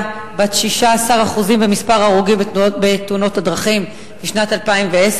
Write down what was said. של 16% במספר ההרוגים בתאונות דרכים ב-2010?